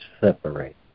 separate